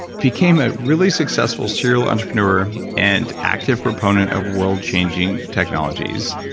became a really successful serial entrepreneur and active proponent of world changing technologies.